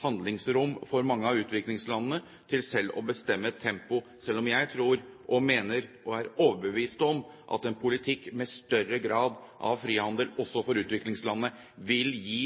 handlingsrom for mange av utviklingslandene til selv å bestemme et tempo, selv om jeg tror, mener og er overbevist om at en politikk med større grad av frihandel, også for utviklingslandene, vil gi